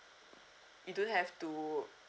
you don't have to